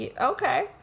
okay